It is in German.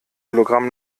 hologramm